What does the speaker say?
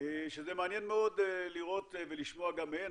שזה מעניין מאוד לראות ולשמוע גם מהם.